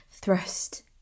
thrust